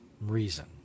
reason